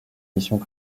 missions